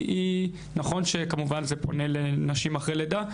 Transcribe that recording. נכון כמובן שזה פונה לנשים אחרי לידה,